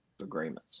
agreements